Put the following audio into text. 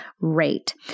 rate